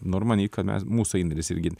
normaliai kad mes mūsų indėlis irgi